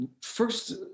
First